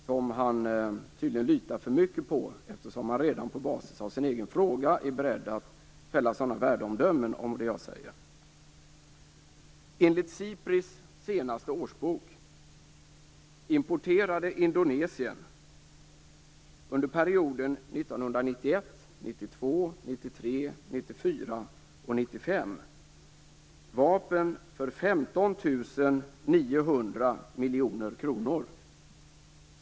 Han litar tydligen för mycket på dem, eftersom han redan på basis av sin egen fråga är beredd att fälla sådana värdeomdömen om det jag säger. miljoner kronor.